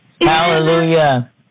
hallelujah